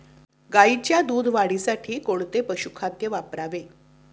गाईच्या दूध वाढीसाठी कोणते पशुखाद्य वापरावे?